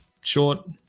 short